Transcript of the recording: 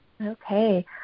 Okay